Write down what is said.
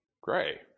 gray